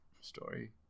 story